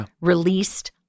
released